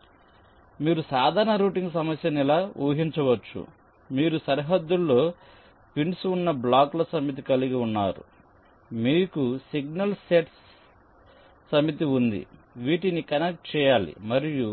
కాబట్టి మీరు సాధారణ రూటింగ్ సమస్య ను ఇలా ఊహించవచ్చు మీరు సరిహద్దుల్లో పిన్స్ ఉన్న బ్లాకుల సమితి కలిగి ఉన్నారు మీకు సిగ్నల్ నెట్స్ సమితి ఉంది వీటిని కనెక్ట్ చేయాలి మరియు